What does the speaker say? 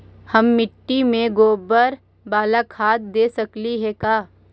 हम मिट्टी में गोबर बाला खाद दे सकली हे का?